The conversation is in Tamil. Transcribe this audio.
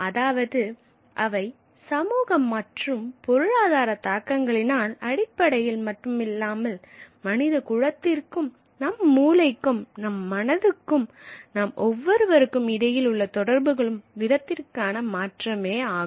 அதாவது அவை சமூக மற்றும் பொருளாதார தாக்கங்களின் அடிப்படையில் மட்டுமில்லாமல் மனித குலத்திற்கும் நம் மூளைக்கும் நம் மனதுக்கும் நாம் ஒவ்வொருவருக்கும் இடையில் தொடர்பு கொள்ளும் விதத்திற்கான மாற்றமே ஆகும்